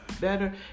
better